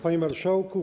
Panie Marszałku!